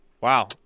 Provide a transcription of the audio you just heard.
Wow